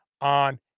on